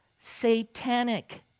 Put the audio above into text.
satanic